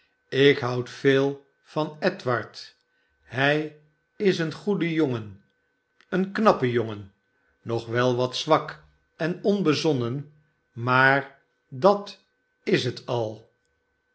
ik houd veel van edward hij is een goede jongen een knappe jongen nog wel wat zwak en onbezonnen maar dat is het al